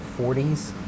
40s